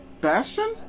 Bastion